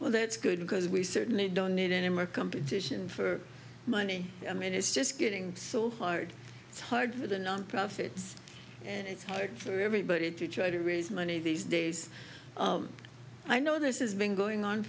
well that's good because we certainly don't need any more competition for money i mean it's just getting so hard hard for the nonprofits and it's hard for everybody to try to raise money these days i know this is been going on